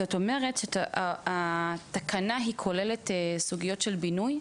זאת אומרת שהתקנה היא כוללת סוגיות של בינוי?